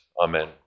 amen